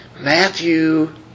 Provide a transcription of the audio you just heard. Matthew